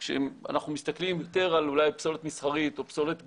כשאנחנו מסתכלים יותר על פסולת מסחרית או פסולת גושית,